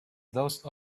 those